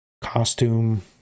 costume